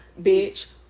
bitch